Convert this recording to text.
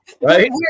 Right